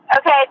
Okay